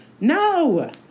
No